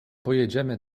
pojedziemy